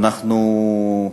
ואנחנו,